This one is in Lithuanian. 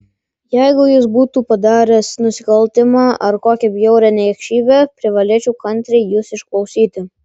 jeigu jis būtų padaręs nusikaltimą ar kokią bjaurią niekšybę privalėčiau kantriai jus išklausyti